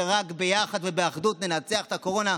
שרק ביחד ובאחדות ננצח את הקורונה,